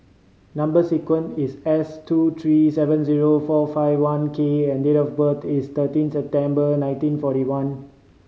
number sequence is S two three seven zero four five one K and date of birth is thirteen September nineteen forty one